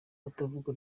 abatavuga